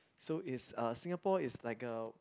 so is a Singapore is like a